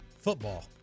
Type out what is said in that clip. Football